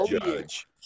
judge